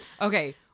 Okay